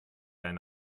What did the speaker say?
eine